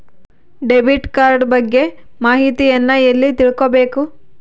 Debit card ಬಗ್ಗೆ ಮಾಹಿತಿಯನ್ನ ಎಲ್ಲಿ ತಿಳ್ಕೊಬೇಕು?